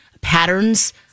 patterns